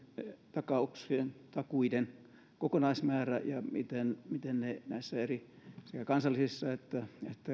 takauksien ja takuiden kokonaismäärä ja se miten ne näissä eri sekä kansallisissa että